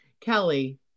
Kelly